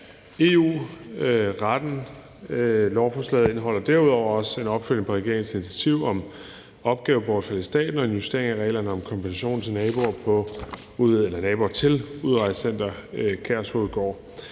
EU retten. Lovforslaget indeholder derudover også en opfølgning på regeringens initiativ om opgavebortfald i staten og en justering af reglerne om kompensation til naboer til Udrejsecenter Kærshovedgård.